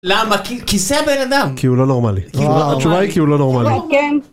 למה כי זה הבן אדם כי הוא לא נורמלי, התשובה כי הוא לא נורמלי.